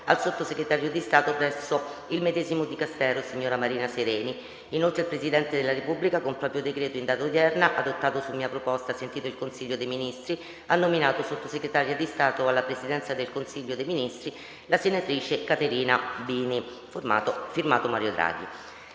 al Sottosegretario di Stato presso il medesimo Dicastero sig.ra Marina SERENI. Inoltre il Presidente della Repubblica, con proprio decreto in data odierna, adottato su mia proposta, sentito il Consiglio dei Ministri, ha nominato Sottosegretaria di Stato alla Presidenza del Consiglio dei Ministri la senatrice Caterina BINI. F.to Mario Draghi».